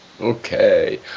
Okay